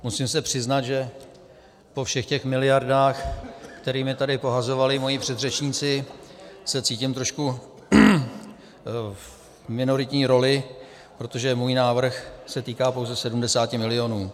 Musím se přiznat, že po všech těch miliardách, kterými tady pohazovali moji předřečníci, se cítím trošku v minoritní roli, protože můj návrh se týká pouze 70 mil.